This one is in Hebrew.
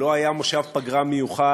לא היה מושב פגרה מיוחד